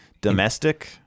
domestic